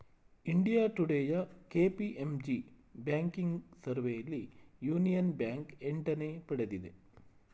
India ಟುಡೇಯ KPMG banking ಸರ್ವೆಯಲ್ಲಿ Union Bank ಎಂಟನೇ ಪಡೆದಿದೆ